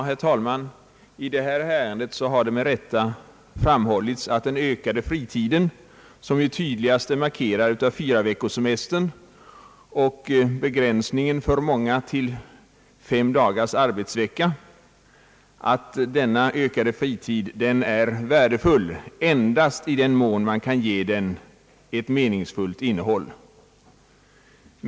Herr talman! I detta ärende har med rätta framhållits att den ökade fritiden — som är tydligast markerad av fyraveckorssemestern och begränsningen för många till fem dagars arbetsvecka — är värdefull endast i den mån som man kan ge den ett meningsfyllt innehåll.